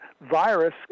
virus